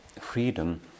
freedom